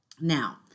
Now